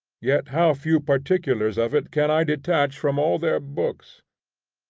yet how few particulars of it can i detach from all their books.